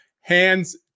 hands